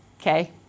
Okay